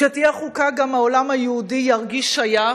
כשתהיה חוקה גם העולם היהודי ירגיש שייך,